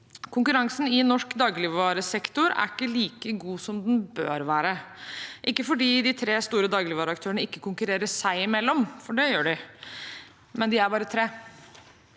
Konkurransen i norsk dagligvaresektor er ikke like god som den bør være, ikke fordi de tre store dagligvareaktørene ikke konkurrerer seg imellom, for det gjør de, men de er bare tre.